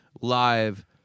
live